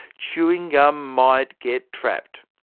chewing gum might get trapped.